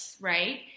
right